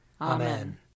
Amen